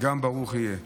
גם ברוך יהיה.